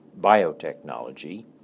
biotechnology